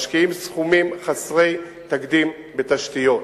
משקיעים סכומים חסרי תקדים בתשתיות.